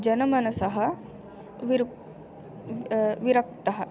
जनमनसः विरु विरक्तः